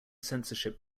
censorship